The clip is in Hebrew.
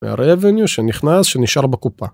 והrevenue שנכנס שנשאר בקופה